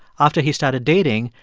after he started dating,